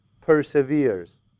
perseveres